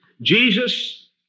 Jesus